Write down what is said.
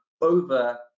over